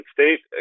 State